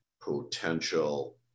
potential